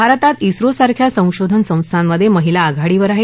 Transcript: भारतात क्रिोसारख्या संशोधन संस्थांमध्ये महिला आघाडीवर आहेत